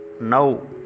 now